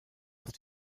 aus